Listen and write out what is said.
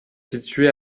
situé